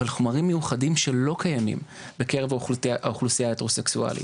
אבל חומרים מיוחדים שלא קיימים בקרב האוכלוסיה ההטרו-סקסואלית.